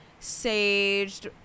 saged